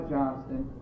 Johnston